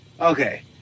Okay